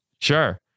Sure